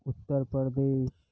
Uttar Pradesh